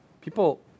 People